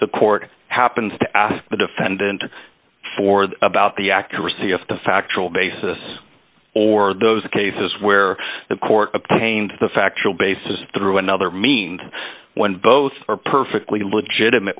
the court happens to ask the defendant for the about the accuracy of the factual basis or those cases where the court obtained the factual basis through another means when both are perfectly legitimate